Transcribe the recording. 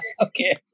Okay